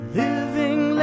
living